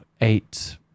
eight